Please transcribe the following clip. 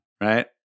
Right